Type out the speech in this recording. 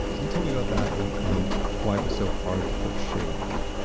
could you tell me about that and and why it was so hard to put shade there?